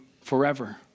forever